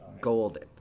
Golden